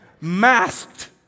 masked